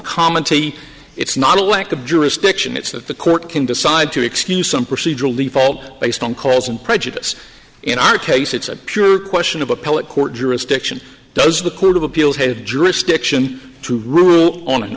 commentate it's not a lack of jurisdiction it's that the court can decide to excuse some procedural the fault based on calls and prejudice in our case it's a pure question of appellate court jurisdiction does the court of appeals have jurisdiction to rule on an